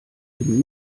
eben